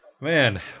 Man